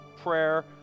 prayer